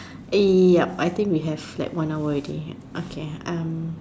eh yup I think we have like one hour already okay um